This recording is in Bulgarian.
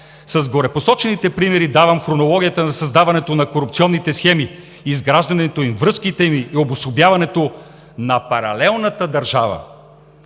С горепосочените примери давам хронологията на създаването на корупционните схеми, изграждането им, връзките им и обособяването на паралелната държава.